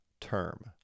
term